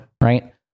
right